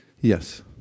Yes